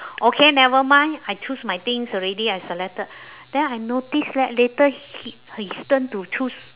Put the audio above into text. okay never mind I choose my things already I selected then I noticed that later hi~ his turn to choose